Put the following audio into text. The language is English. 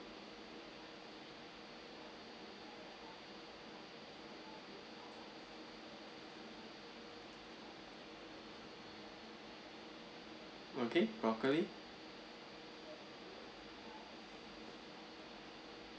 okay broccoli